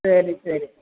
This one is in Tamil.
சரி சரி